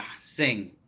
Sing